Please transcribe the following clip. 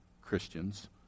Christians